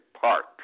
Park